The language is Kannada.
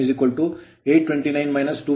ನಾವು ಇಲ್ಲಿ 3I22 r2829 - 250 ಹೊಂದಿದ್ದೇವೆ